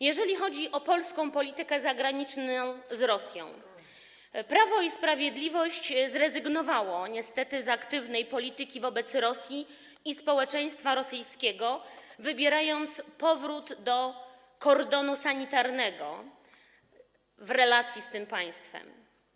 Jeżeli chodzi o polską politykę zagraniczną z Rosją, to Prawo i Sprawiedliwość zrezygnowało niestety z aktywnej polityki wobec Rosji i społeczeństwa rosyjskiego, a wybrało powrót do kordonu sanitarnego w relacji z tym państwem.